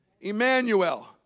Emmanuel